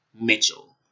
Mitchell